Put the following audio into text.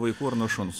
vaikų ar nuo šuns